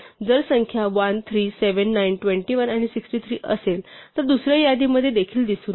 जर संख्या 1 3 7 9 21 आणि 63 असेल तर दुसऱ्या यादीमध्ये देखील दिसून येते